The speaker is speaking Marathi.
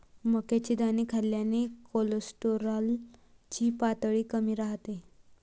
मक्याचे दाणे खाल्ल्याने कोलेस्टेरॉल ची पातळी कमी राहते